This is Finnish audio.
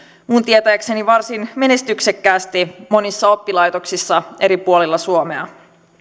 minun tietääkseni varsin menestyksekkäästi monissa oppilaitoksissa eri puolilla suomea